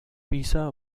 pisa